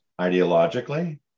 ideologically